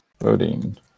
voting